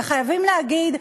וחייבים להגיד,